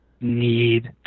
need